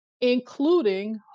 including